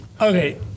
okay